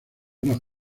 una